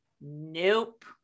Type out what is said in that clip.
Nope